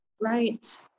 Right